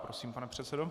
Prosím, pane předsedo.